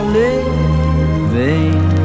living